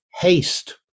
haste